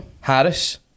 Harris